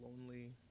lonely